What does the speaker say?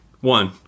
One